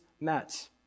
met